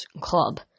club